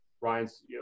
Ryan's